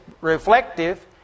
reflective